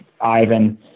Ivan